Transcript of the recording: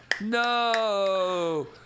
No